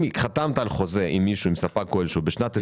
אם חתמת על חוזה עם ספק כלשהו בשנת 2021,